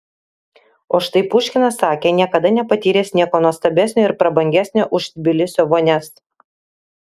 o štai puškinas sakė niekada nepatyręs nieko nuostabesnio ir prabangesnio už tbilisio vonias